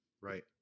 right